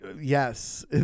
yes